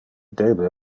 debe